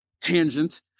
tangent